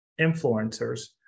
influencers